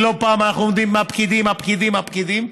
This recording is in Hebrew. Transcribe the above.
לא פעם אנחנו אומרים: הפקידים, הפקידים, הפקידים.